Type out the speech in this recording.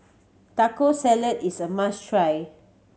Taco Salad is a must try